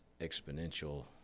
exponential